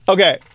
Okay